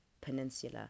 peninsula